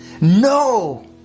No